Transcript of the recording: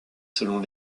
selon